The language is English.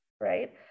right